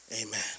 Amen